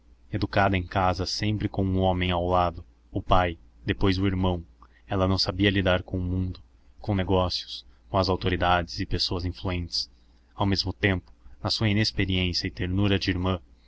educada em casa sempre com um homem ao lado o pai depois o irmão ela não sabia lidar com o mundo com negócios com as autoridades e pessoas influentes ao mesmo tempo na sua inexperiência e ternura de irmã